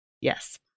yes